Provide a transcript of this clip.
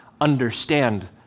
understand